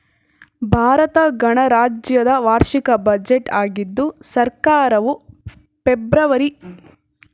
ಭಾರತ ಗಣರಾಜ್ಯದ ವಾರ್ಷಿಕ ಬಜೆಟ್ ಆಗಿದ್ದು ಸರ್ಕಾರವು ಫೆಬ್ರವರಿ ಮೊದ್ಲ ದಿನದಂದು ಅದನ್ನು ಪ್ರಸ್ತುತಪಡಿಸುತ್ತೆ